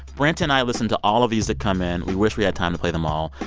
brent and i listen to all of these that come in. we wish we had time to play them all.